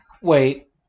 Wait